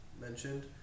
mentioned